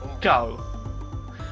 Go